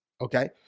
Okay